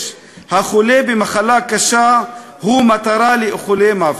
החולה במחלה קשה הוא מטרה לאיחולי מוות.